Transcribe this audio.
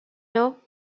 know